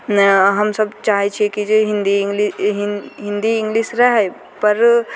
ने हमसब चाहय छियै कि जे हिन्दी इंग्लिश हिन्दी इंग्लिश रहय पर